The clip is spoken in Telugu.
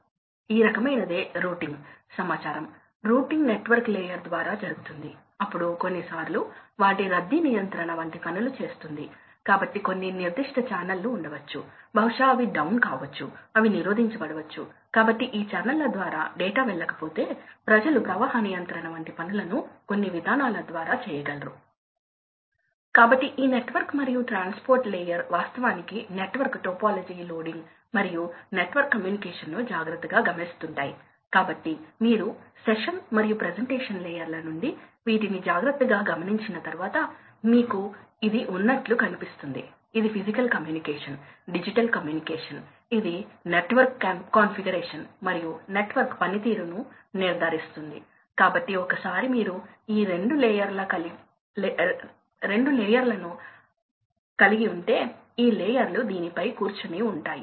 ఎనర్జీ లో తేడా ఏమిటి ఎనర్జీ లో వ్యత్యాసం వాస్తవానికి ఈ భాగం వాటి మధ్య సాధారణం మీరు చూడగలరా కాబట్టి ఇది సాధారణం మరోవైపు ఇది పోయింది మరియు ఇది జోడించబడింది కాబట్టి ఎనర్జీ ఆదా వాస్తవానికి ఈ ఏరియా A1 మరియు ఈ ఏరియా A2 ల మధ్య వ్యత్యాసానికి చాలా తక్కువగా ఉంటుంది కాబట్టి మీరు ఈ ఆపరేటింగ్ పాయింట్ నుండి కదిలినప్పటికీ వంద శాతం నుండి ఎనభై శాతం ప్రవాహానికి వచ్చిందని మీరు చూస్తారు ఎనర్జీ అంత మొత్తంలో తగ్గలేదు